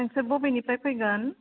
नोंसोर बबेनिफ्राय फैगोन